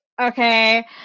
Okay